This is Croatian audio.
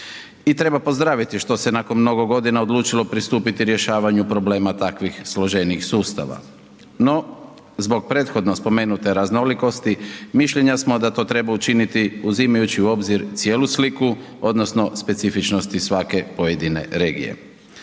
I treba pozdraviti što se nakon mnogo godina odlučilo pristupiti rješavanju problema takvih složenijih sustava. No, zbog prethodno spomenute raznolikosti mišljenja smo da to treba učiniti uzimajući u obzir cijelu sliku odnosno specifičnosti svake pojedine regije.